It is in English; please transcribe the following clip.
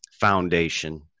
foundation